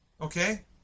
okay